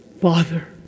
father